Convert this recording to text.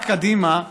רק קדימה.